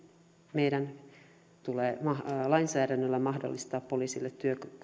meidän tulee lainsäädännöllä mahdollistaa poliisille